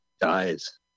dies